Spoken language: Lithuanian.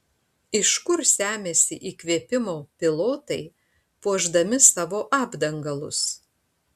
iš kur semiasi įkvėpimo pilotai puošdami savo apdangalus